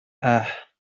اَه